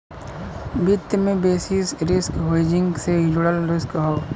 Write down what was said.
वित्त में basis risk hedging से जुड़ल रिस्क हौ